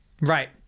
Right